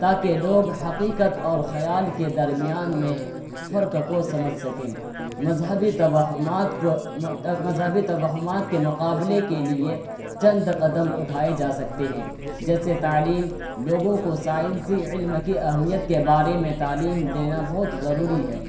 تاکہ لوگ حقیقت اور خیال کے درمیان میں فرق کو سمجھ سکیں مذہبی توہمات کو مذہبی توہمات کے مقابلے کے لیے چند قدم اٹھائے جا سکتے ہیں جیسے تعلیم لوگوں کو سائنسی علم کی اہمیت کے بارے میں تعلیم دینا بہت ضروری ہے